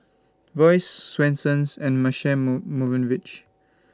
Royce Swensens and Marche move Movenpick